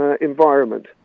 environment